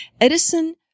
Edison